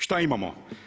Šta imamo?